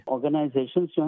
Organizations